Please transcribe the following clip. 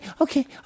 okay